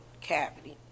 cavity